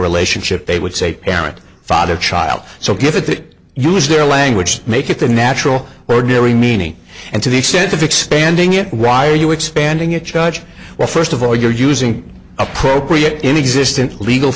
relationship they would say parent father child so give it to use their language make it the natural ordinary meaning and to the extent of expanding it why are you expanding your church well first of all you're using appropriate inexistent legal